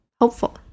hopeful